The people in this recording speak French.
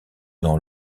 dans